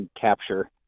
Capture